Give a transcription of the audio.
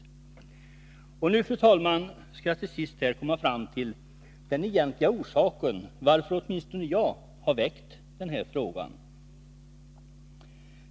Till sist, fru talman, skall jag komma fram till den egentliga orsaken till varför åtminstone jag har väckt den här frågan.